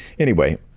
anyway,